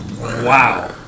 Wow